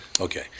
Okay